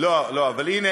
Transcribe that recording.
לא, לא, לא, הנה